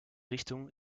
richtung